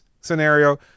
scenario